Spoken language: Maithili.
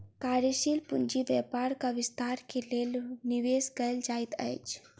कार्यशील पूंजी व्यापारक विस्तार के लेल निवेश कयल जाइत अछि